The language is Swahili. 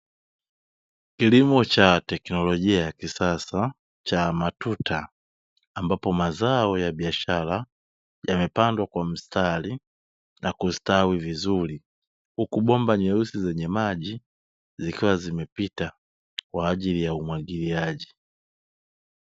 Kilimo cha teknolojia ya kisasa cha matuta ambapo mazao ya biashara yamepandwa kwa mstari na kustawi vizuri, huku bomba nyeusi zenye maji zikiwa zimepita kwa ajili ya umwagiliaji.